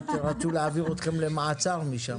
כמעט רצו להעביר אתכם למעצר משם...